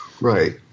right